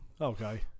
okay